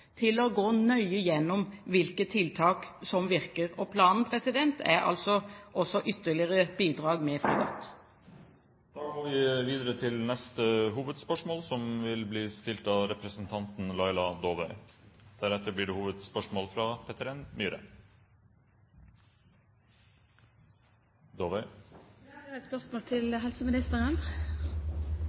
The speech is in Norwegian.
til å øke egen sikkerhet slik de har gjort, synes jeg det også er noe som forplikter oss til å gå nøye gjennom hvilke tiltak som virker. Planen er altså ytterligere bidrag med fregatt. Vi går videre til neste hovedspørsmål. Jeg har et spørsmål til helseministeren.